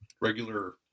regular